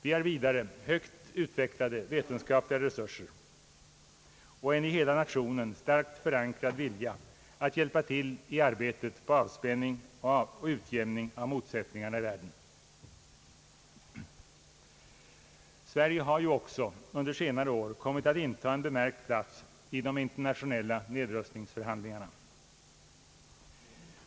Vi har vidare högt utvecklade vetenskapliga resurser och en i hela nationen starkt förankrad vilja att hjälpa till i arbetet på avspänning och utjämning av motsättningarna i världen. Sverige har ju också under senare år kommit att intaga en bemärkt plats i de internationella nedrustningsförhandlingarna.